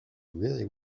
really